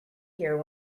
here